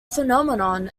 phenomenon